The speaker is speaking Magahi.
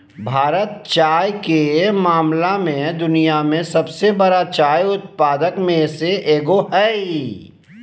भारत चाय के मामला में दुनिया के सबसे बरा चाय उत्पादक में से एगो हइ